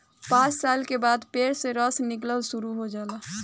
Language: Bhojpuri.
पांच साल के बाद पेड़ से रस निकलल शुरू हो जाला